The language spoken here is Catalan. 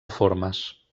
formes